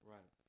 Right